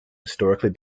historically